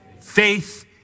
faith